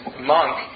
monk